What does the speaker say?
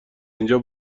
اینجا